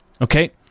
Okay